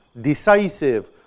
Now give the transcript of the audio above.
decisive